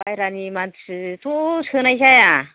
बायरानि मानसिथ' सोनाय जाया